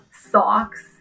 socks